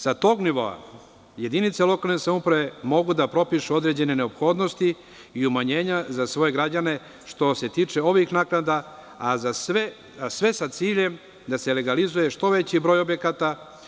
Sa tog nivoa, jedinice lokalne samouprave mogu da propišu određene neophodnosti i umanjenja za svoje građane, što se tiče ovih naknada, a sve sa ciljem da se legalizuje što veći broj objekata.